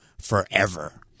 forever